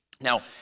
Now